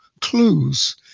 clues